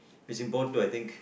is important to I think